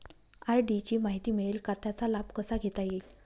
RD ची माहिती मिळेल का, त्याचा लाभ कसा घेता येईल?